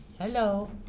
Hello